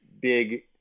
big